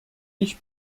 ich